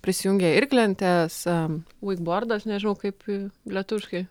prisijungė ir klentesa vidbordas nežinau kaip lietuviškai